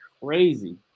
crazy